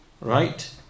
Right